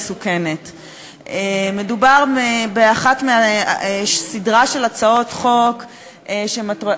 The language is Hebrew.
הכנסת דודו אמסלם את הצעת חוק כלי הירייה (תיקון מס' 18)